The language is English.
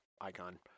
icon